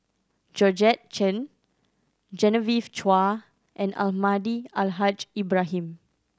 Georgette Chen Genevieve Chua and Almahdi Al Haj Ibrahim